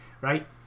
right